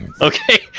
Okay